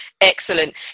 Excellent